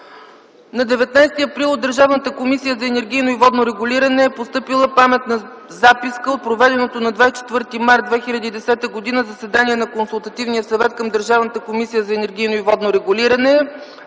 На 19 април т.г. от Държавната комисия за енергийно и водно регулиране е постъпила паметна записка от проведеното на 24 март 2010 г. заседание на Консултативния съвет към Държавната комисия за енергийно и водно регулиране.